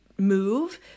move